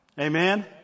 Amen